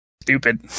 Stupid